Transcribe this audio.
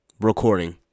recording